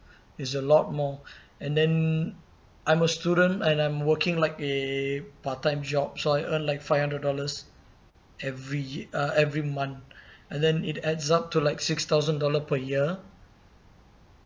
is a lot more and then I'm a student and I'm working like a part time job so I earn like five hundred dollars every uh every month and then it adds up to like six thousand dollar per year